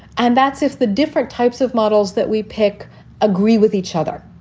and that's if the different types of models that we pick agree with each other.